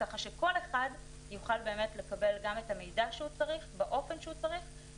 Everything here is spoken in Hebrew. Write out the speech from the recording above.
כך שכל אחד יוכל באמת לקבל גם את המידע שהוא צריך באופן שהוא צריך,